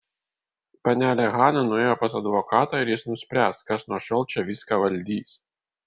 panelė hana nuėjo pas advokatą ir jis nuspręs kas nuo šiol čia viską valdys